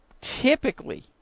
typically